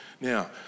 Now